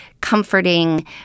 comforting